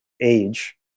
age